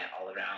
all-around